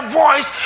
voice